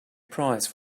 price